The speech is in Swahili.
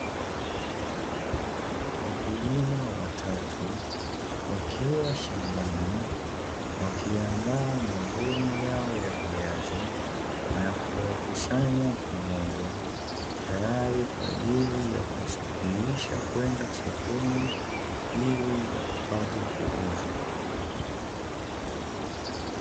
Wakulima watatu wakiwa shambani, wakiandaa mavuno yao ya viazi na kuyakusanya pamoja, tayari kwa ajili ya kusafirisha kwenda sokoni ili yakapate kuuzwa.